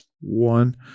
one